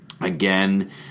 Again